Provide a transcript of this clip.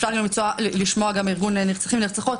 אפשר גם לשמוע גם את ארגון נרצחים ונרצחות,